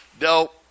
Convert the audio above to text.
No